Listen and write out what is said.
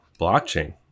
blockchain